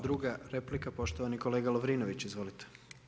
Druga replika, poštovani kolega Lovrinović, izvolite.